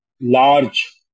large